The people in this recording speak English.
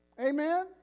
Amen